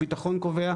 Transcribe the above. הביטחון קובע.